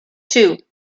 two